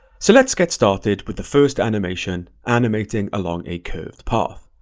so let's get started with the first animation, animating along a curved path.